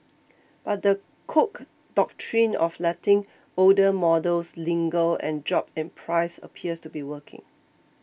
but the Cook Doctrine of letting older models linger and drop in price appears to be working